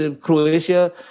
Croatia